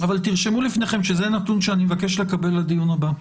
אבל תרשמו לפניכם שזה נתון שאני מבקש לקבל לדיון הבא.